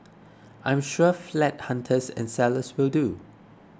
I am sure flat hunters and sellers will too